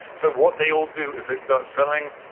so what they will do is they start selling.